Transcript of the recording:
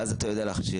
ואז אתה יודע להכשיר.